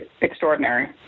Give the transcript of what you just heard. extraordinary